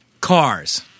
Cars